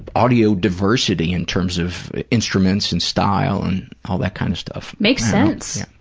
audio diversity in terms of instruments and style and all that kind of stuff. makes sense,